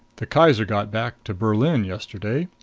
the kaiser got back to berlin yesterday.